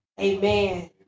Amen